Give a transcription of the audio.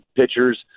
pitchers